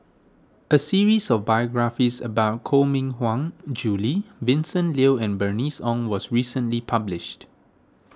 a series of biographies about Koh Mui Hiang Julie Vincent Leow and Bernice Ong was recently published